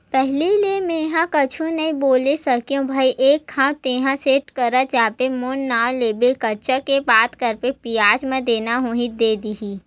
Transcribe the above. पहिली ले मेंहा कुछु नइ बोले सकव भई एक घांव तेंहा सेठ करा जाबे मोर नांव लेबे करजा के बात करबे बियाज म देना होही त दे दिही